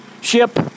ship